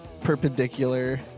perpendicular